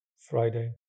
Friday